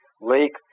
lake